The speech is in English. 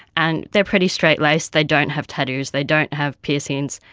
and they are pretty straight-laced, they don't have tattoos, they don't have piercings,